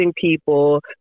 people